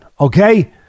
okay